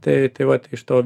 tai tai vat iš to